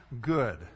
good